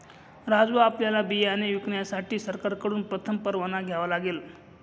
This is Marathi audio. राजू आपल्याला बियाणे विकण्यासाठी सरकारकडून प्रथम परवाना घ्यावा लागेल